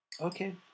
Okay